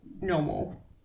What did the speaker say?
normal